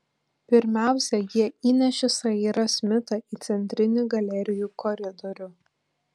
pirmiausia jie įnešė sairą smitą į centrinį galerijų koridorių